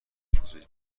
فضولی